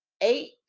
eight